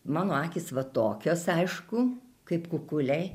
mano akys va tokios aišku kaip kukuliai